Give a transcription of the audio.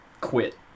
quit